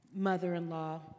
mother-in-law